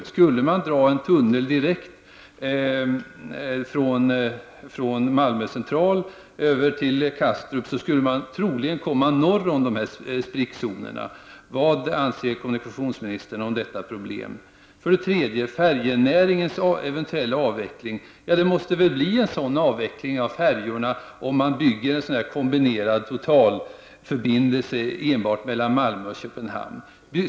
Om man skulle dra en tunnel direkt från Malmö central över till Kastrup, skulle man troligen komma norr om dessa sprickzoner. Vad anser kommunikationsministern om detta problem? När det för det tredje gäller färjenäringens eventuella avveckling måste det väl bli en sådan om man bygger en kombinerad totalförbindelse mellan Malmö och Köpenhamn.